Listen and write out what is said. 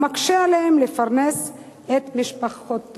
המקשה עליהם לפרנס את משפחותיהם.